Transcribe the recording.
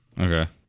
Okay